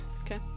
Okay